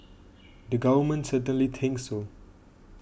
the government certainly thinks so